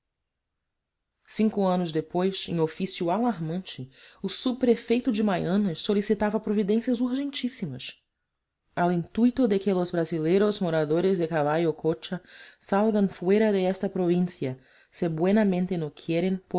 cinco anos depois em ofício alarmante o subprefeito de maynas solicitava providências urgentíssimas al intuito de que los brazileros moradores de